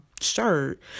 shirt